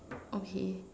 okay